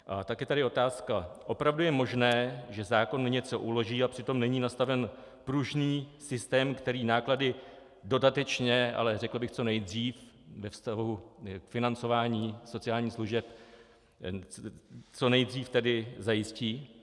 A tak je tady otázka opravdu je možné, že zákon něco uloží, a přitom není nastaven pružný systém, který náklady dodatečně, ale řekl bych co nejdřív, ve vztahu k financování sociálních služeb zajistí?